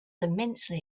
immensely